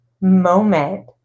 moment